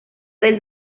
del